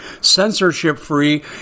censorship-free